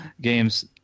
games